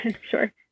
Sure